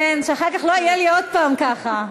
שאחר כך לא יהיה לי עוד פעם ככה.